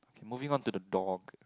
okay moving on to the dog